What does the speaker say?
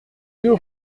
deux